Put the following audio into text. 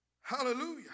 Hallelujah